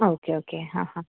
okay okay അ അ